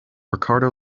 ricardo